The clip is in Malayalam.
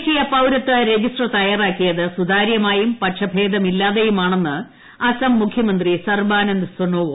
ദേശീയ പൌരത്വ രജിസ്റ്റർ തയ്യാറാക്കിയത് സുതാര്യമായും പക്ഷഭ്ഭേദമില്ലാതെയുമാണെന്ന് അസം മുഖ്യമന്ത്രി സർബാന്ന്ദ് സോണോവാൾ